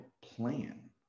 plan